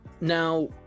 now